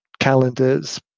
calendars